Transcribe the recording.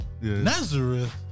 Nazareth